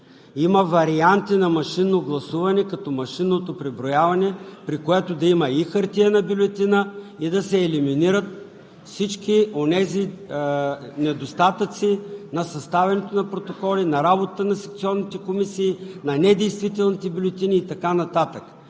Има варианти на машинно гласуване като машинното преброяване, при което да има и хартиена бюлетина, и да се елиминират всички онези недостатъци на съставянето на протоколи, на работата на секционните комисии, на недействителните бюлетини и така нататък.